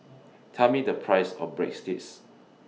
Tell Me The Price of Breadsticks